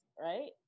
right